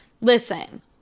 Listen